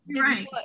Right